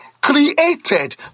created